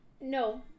no